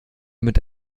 mit